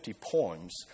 poems